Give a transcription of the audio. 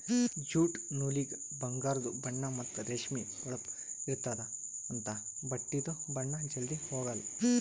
jute ನೂಲಿಗ ಬಂಗಾರದು ಬಣ್ಣಾ ಮತ್ತ್ ರೇಷ್ಮಿ ಹೊಳಪ್ ಇರ್ತ್ತದ ಅಂಥಾ ಬಟ್ಟಿದು ಬಣ್ಣಾ ಜಲ್ಧಿ ಹೊಗಾಲ್